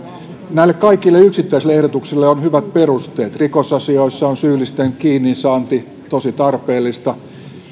näille kaikille yksittäisille ehdotuksille on hyvät perusteet rikosasioissa on syyllisten kiinnisaanti tosi tarpeellista